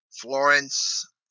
Florence